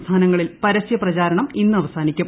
സംസ്ഥാനങ്ങളിൽ പരസ്യ പ്രചാരണം ഇന്ന് അവസാനിക്കും